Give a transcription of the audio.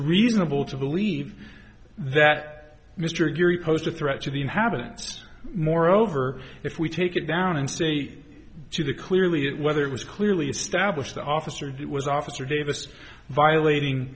reasonable to believe that mr geary posed a threat to the inhabitants moreover if we take it down and say to the clearly whether it was clearly established that officer that was officer davis violating